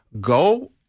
go